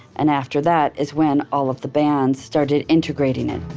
and after that is when all of the bands started integrating it